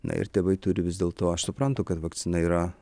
na ir tėvai turi vis dėl to aš suprantu kad vakcina yra